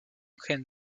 gen